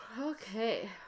Okay